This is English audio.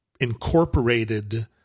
incorporated